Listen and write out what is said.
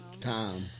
time